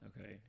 okay